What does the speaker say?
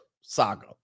saga